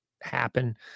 happen